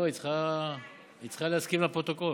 לא, היא צריכה להסכים, לפרוטוקול.